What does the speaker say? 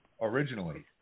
originally